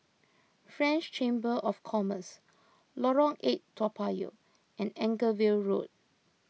French Chamber of Commerce Lorong eight Toa Payoh and Anchorvale Road